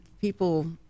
people